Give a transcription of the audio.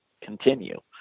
continue